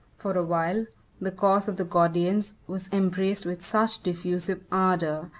for while the cause of the gordians was embraced with such diffusive ardor,